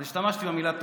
אז השתמשתי במילה "תופעה".